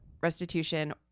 restitution